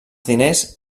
diners